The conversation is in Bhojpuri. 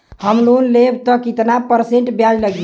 हम लोन लेब त कितना परसेंट ब्याज लागी?